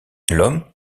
l’homme